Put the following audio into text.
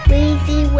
Weezy